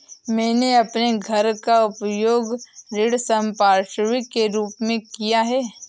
मैंने अपने घर का उपयोग ऋण संपार्श्विक के रूप में किया है